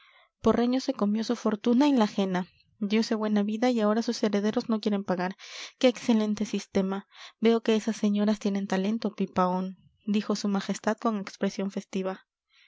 porreño se comió su fortuna y la ajena diose buena vida y ahora sus herederos no quieren pagar qué excelente sistema veo que esas señoras tienen talento pipaón dijo su majestad con expresión festiva